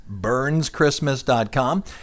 burnschristmas.com